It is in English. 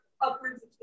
upwards